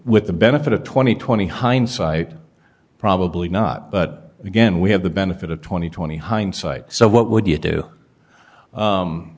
with the benefit of twenty twenty hindsight probably not but again we have the benefit of twenty twenty hindsight so what would you do